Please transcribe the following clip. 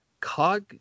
Cog